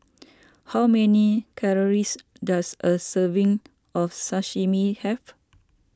how many calories does a serving of Sashimi have